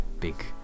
big